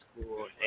School